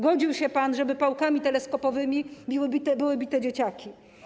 Godził się pan, żeby pałkami teleskopowymi były bite dzieciaki.